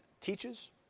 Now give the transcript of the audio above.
teaches